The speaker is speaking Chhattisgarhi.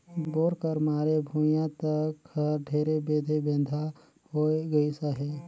बोर कर मारे भुईया तक हर ढेरे बेधे बेंधा होए गइस अहे